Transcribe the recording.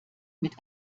mit